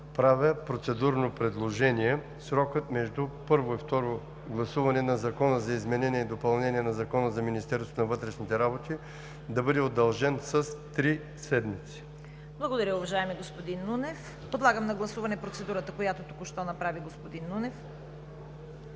правя процедурно предложение – срокът между първо и второ гласуване на Закона за изменение и допълнение на Закона за Министерството на вътрешните работи да бъде удължен с три седмици. ПРЕДСЕДАТЕЛ ЦВЕТА КАРАЯНЧЕВА: Благодаря, уважаеми господин Нунев. Подлагам на гласуване процедурата, която току-що направи господин Нунев.